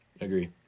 Agree